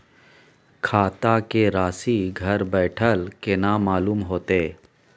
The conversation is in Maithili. खाता के राशि घर बेठल केना मालूम होते?